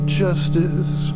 justice